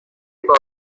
بازی